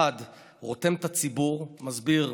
1. רותם את הציבור, מסביר.